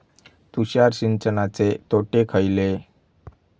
तुषार सिंचनाचे तोटे खयले?